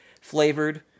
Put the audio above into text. flavored